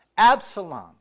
Absalom